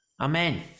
amen